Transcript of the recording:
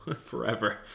Forever